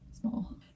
small